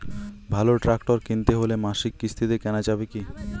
ভালো ট্রাক্টর কিনতে হলে মাসিক কিস্তিতে কেনা যাবে কি?